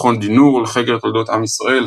מכון דינור לחקר תולדות עם ישראל,